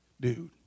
dude